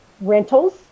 rentals